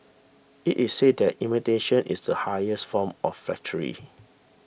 it is said that imitation is the highest form of flattery